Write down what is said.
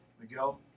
Miguel